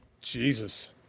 Jesus